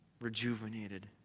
rejuvenated